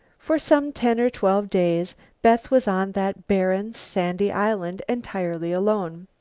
for some ten or twelve days beth was on that barren, sandy island entirely alone.